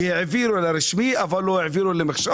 כי העבירו לרשמי אבל לא העבירו למוכשר